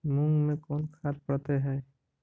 मुंग मे कोन खाद पड़तै है?